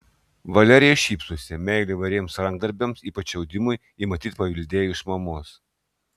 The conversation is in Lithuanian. valerija šypsosi meilę įvairiems rankdarbiams ypač audimui ji matyt paveldėjo iš mamos